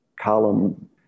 column